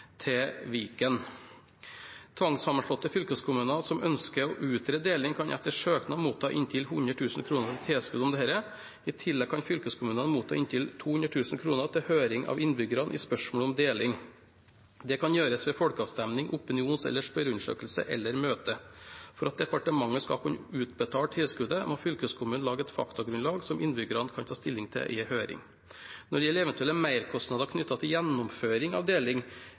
til Viken. Tvangssammenslåtte fylkeskommuner som ønsker å utrede deling, kan etter søknad motta inntil 100 000 kr i tilskudd til dette. I tillegg kan fylkeskommunene motta inntil 200 000 kr til høring av innbyggerne i spørsmålet om deling. Dette kan gjøres ved folkeavstemning, opinions- eller spørreundersøkelse eller møte. For at departementet skal kunne utbetale tilskuddet, må fylkeskommunene lage et faktagrunnlag som innbyggerne kan ta stilling til i en høring. Når det gjelder eventuelle merkostnader knyttet til gjennomføring av deling,